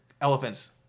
elephants